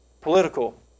Political